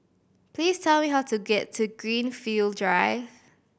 please tell me how to get to Greenfield Drive